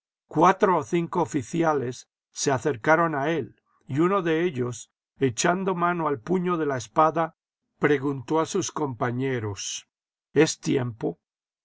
cuatro o cinco oficiales se acercaron a él y uno de ellos echando mano al puño de la espada preguntó a sus compañeros es tiempo